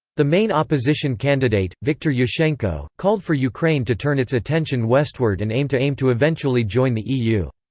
the main opposition candidate, viktor yushchenko, called for ukraine to turn its attention westward and aim to aim to eventually join the eu.